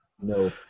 No